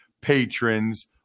patrons